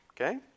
Okay